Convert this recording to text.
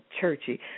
churchy